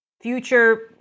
future